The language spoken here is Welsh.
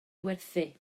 werthu